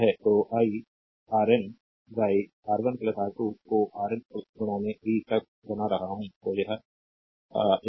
तो I Rn R1 R2 को Rn v तक बना रहा हूं तो यह एक है